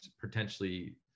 potentially